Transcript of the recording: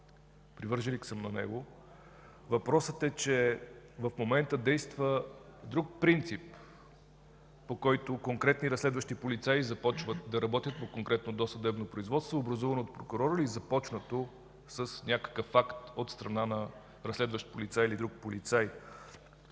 привърженик. Въпросът е, че в момента действа друг принцип, по който конкретни разследващи полицаи започват да работят по конкретно досъдебно производство, образувано от прокурор или започнато с някакъв акт от страна на разследващ или някакъв друг полицай.